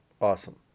Awesome